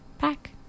back